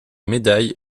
médailles